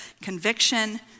conviction